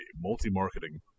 multi-marketing